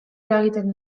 eragiten